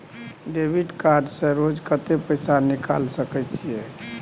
Debit card से रोज कत्ते पैसा निकाल सके छिये?